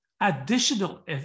additional